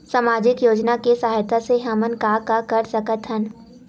सामजिक योजना के सहायता से हमन का का कर सकत हन?